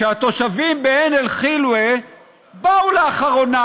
שהתושבים בעין אל-חילווה באו לאחרונה.